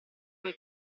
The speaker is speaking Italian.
quel